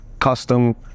custom